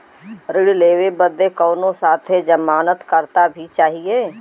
ऋण लेवे बदे कउनो साथे जमानत करता भी चहिए?